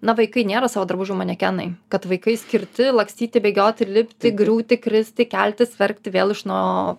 na vaikai nėra savo drabužių manekenai kad vaikai skirti lakstyti bėgioti ir lipti griūti kristi keltis verkti vėl iš no